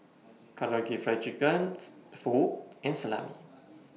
Karaage Fried Chicken Pho and Salami